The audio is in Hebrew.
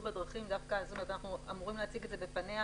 בדרכים - אנחנו אמורים להציג את זה בפניה